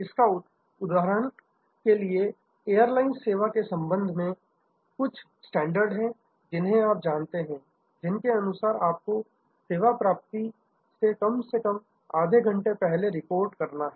इसलिए उदाहरण के लिए एयरलाइन सेवा के संबंध में कुछ स्टैंडर्ड है जिन्हें आप जानते हैं जिनके अनुसार आपको सेवा प्राप्ति से कम से कम आधे घंटे पहले रिपोर्ट करना होगा